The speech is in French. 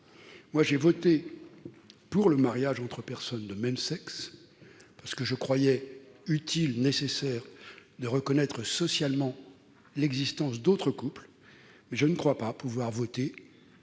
J'ai voté pour le mariage entre personnes de même sexe, parce que je croyais utile, voire nécessaire, de reconnaître socialement l'existence d'autres couples. Je ne crois pas, en